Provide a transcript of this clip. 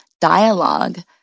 dialogue